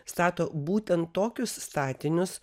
stato būtent tokius statinius